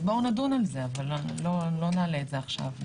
אז בואו נדון על זה אבל לא נעלה את זה עכשיו.